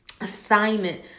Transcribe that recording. assignment